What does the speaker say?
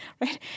right